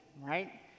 right